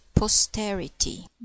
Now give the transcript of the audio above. posterity